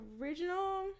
original